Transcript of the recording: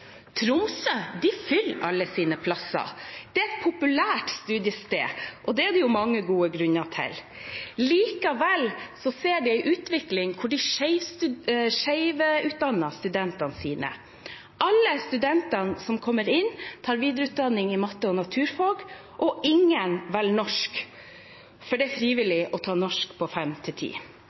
Tromsø fyller alle sine plasser. Det er et populært studiested, og det er det mange gode grunner til. Likevel ser de en utvikling der de skjevutdanner studentene sine. Alle studentene som kommer inn, tar videreutdanning i matte og naturfag, og ingen velger norsk, for det er frivillig å ta norsk